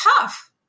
tough